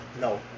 no